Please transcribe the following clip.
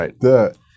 Right